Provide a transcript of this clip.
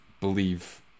believe